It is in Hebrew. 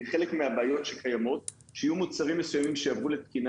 כי חלק מהבעיות שקיימות שיהיו מוצרים מסוימים שיעברו לתקינה